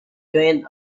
joined